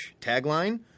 Tagline